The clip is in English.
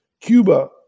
Cuba